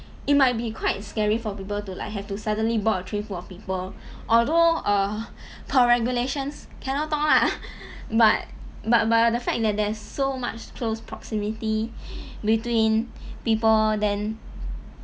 it might be quite scary for people to like have to suddenly board a train full of people although err per regulations cannot talk lah but but but the fact that there's so much close proximity between people then